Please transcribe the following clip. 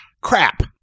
Crap